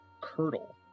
curdle